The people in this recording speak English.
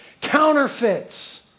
counterfeits